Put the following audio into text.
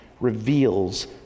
reveals